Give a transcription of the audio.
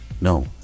no